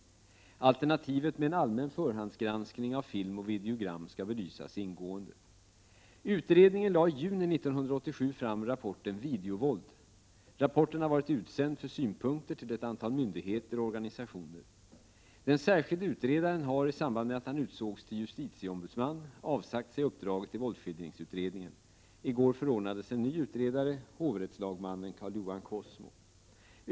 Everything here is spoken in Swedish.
Alternativet med en allmän förhandsgranskning av film och videogram skall belysas ingående. Utredningen lade i juni 1987 fram rapporten Videovåld. Rapporten har varit utsänd för synpunkter till ett antal myndigheter och organisationer. Den särskilde utredaren har, i samband med att han utsågs till justitieombudsman, avsagt sig uppdraget i våldsskildringsutredningen. I går förordnades en ny utredare, hovrättslagmannen Carl-Johan Cosmo.